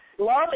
Love